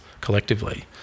collectively